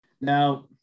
Now